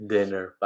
Dinner